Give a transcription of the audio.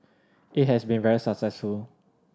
it has been very successful